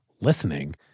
listening